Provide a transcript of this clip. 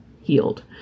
healed